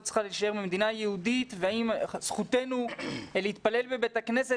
צריכה להישאר מדינה יהודית והאם זכותנו להתפלל בבית הכנסת